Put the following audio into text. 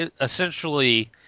essentially